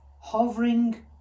Hovering